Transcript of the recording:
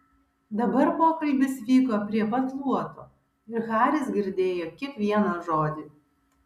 dabar pokalbis vyko prie pat luoto ir haris girdėjo kiekvieną žodį